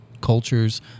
cultures